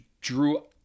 Drew